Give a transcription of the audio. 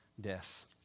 death